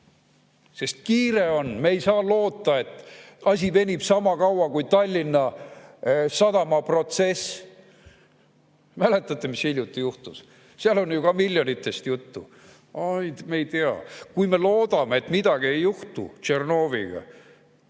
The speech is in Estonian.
Sest kiire on. Me ei saa loota, et asi venib sama kaua kui Tallinna Sadama protsess. Mäletate, mis hiljuti juhtus? Seal on ju ka miljonitest juttu. "Aa, me ei tea." Me loodame, et midagi ei juhtu Tšernoviga,